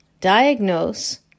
diagnose